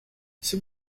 ces